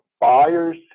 buyer's